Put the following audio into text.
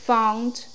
Found